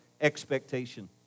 expectation